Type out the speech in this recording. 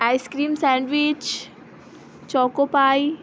ice cream sandwich choco pie